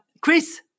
Chris